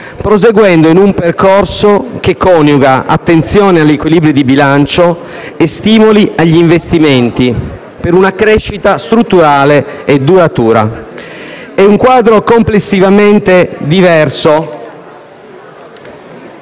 proseguendo in un percorso che coniuga attenzione agli equilibri di bilancio e stimoli agli investimenti per una crescita strutturale e duratura. Il quadro è complessivamente diverso